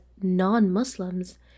Non-Muslims